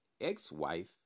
ex-wife